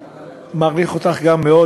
גם אני מעריך אותך מאוד,